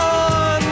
on